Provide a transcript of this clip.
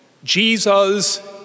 Jesus